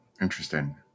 Interesting